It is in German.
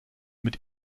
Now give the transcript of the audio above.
mit